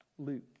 Luke